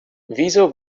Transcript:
wieso